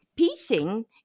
...piecing